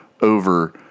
over